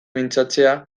mintzatzea